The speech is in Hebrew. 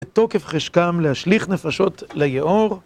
ותוקף חשקם להשליך נפשות ליאור.